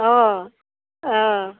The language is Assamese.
অ অ